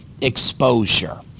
exposure